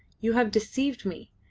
you have deceived me.